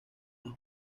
los